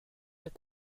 est